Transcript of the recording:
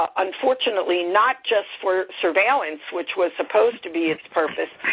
ah unfortunately, not just for surveillance, which was supposed to be its purpose,